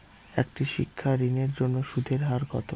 একটি শিক্ষা ঋণের জন্য সুদের হার কত?